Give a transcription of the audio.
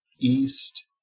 east